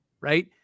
right